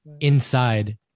inside